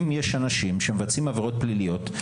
אם יש אנשים שמבצעים עבירות פליליות,